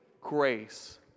grace